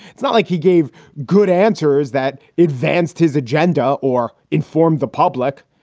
it's not like he gave good answers that advanced his agenda or informed the public.